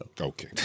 Okay